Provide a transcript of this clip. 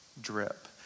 drip